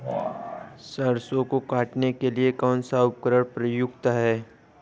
सरसों को काटने के लिये कौन सा उपकरण उपयुक्त है?